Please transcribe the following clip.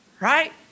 Right